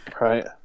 right